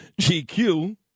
GQ